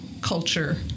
culture